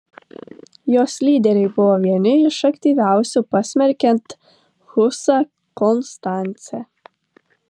jos lyderiai buvo vieni iš aktyviausių pasmerkiant husą konstance